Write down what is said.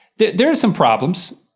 there are some problems,